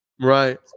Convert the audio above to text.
right